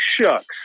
shucks